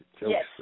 Yes